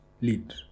lead